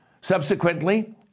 Subsequently